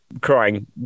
crying